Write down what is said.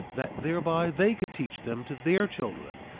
that thereby they could teach them to their children,